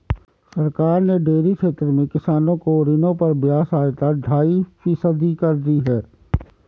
सरकार ने डेयरी क्षेत्र में किसानों को ऋणों पर ब्याज सहायता ढाई फीसदी कर दी है